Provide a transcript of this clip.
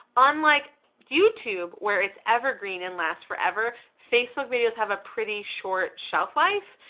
unlike youtube where it's evergreen and lasts forever, facebook videos have a pretty short shelf life,